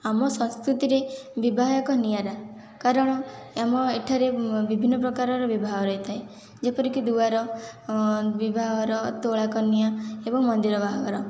ଆମ ସଂସ୍କୃତିରେ ବିବାହ ଏକ ନିଆରା କାରଣ ଆମ ଏଠାରେ ବିଭିନ୍ନ ପ୍ରକାରର ବିବାହ ରହିଥାଏ ଯେପରିକି ଦୁଆର ବିବାହର ତୋଳାକନ୍ୟା ଏବଂ ମନ୍ଦିର ବାହାଘର